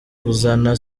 kuzana